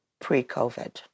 pre-COVID